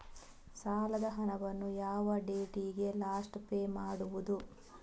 ಸಾಲದ ಹಣವನ್ನು ಯಾವ ಡೇಟಿಗೆ ಲಾಸ್ಟ್ ಪೇ ಮಾಡುವುದು?